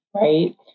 Right